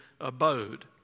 abode